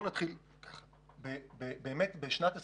בשנת 2030,